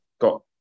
got